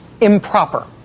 improper